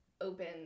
open